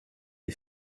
est